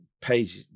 page